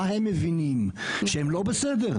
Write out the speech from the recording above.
מה הם מבינים שהם לא בסדר?